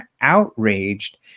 outraged